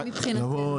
זה מבחינתנו.